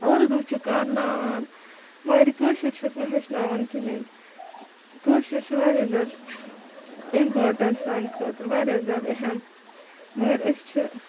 اردوٗ چھِکھ کَرناوان مگر یہِ کٲشُر چھِکھ نہٕ ہیٚچھناوان کِہیٖنۍ کٲشُر چھِ واریاہ زیادٕ اِمپاٹنٛٹ سانہِ خٲطرٕ واریاہ زیادٕ اہم مگر أسۍ چھِ